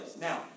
now